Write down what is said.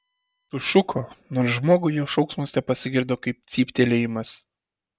sušuko nors žmogui jo šauksmas tepasigirdo kaip cyptelėjimas